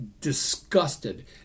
disgusted